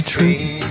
Tree